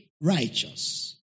righteous